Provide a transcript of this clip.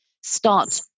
start